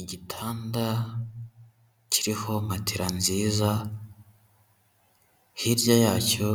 Igitanda kiriho matera nziza, hirya yacyo,